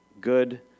good